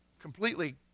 completely